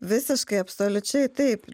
visiškai absoliučiai taip